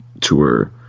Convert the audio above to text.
tour